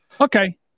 Okay